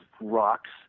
rocks